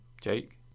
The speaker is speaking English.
Jake